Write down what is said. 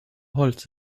holz